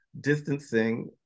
distancing